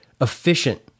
efficient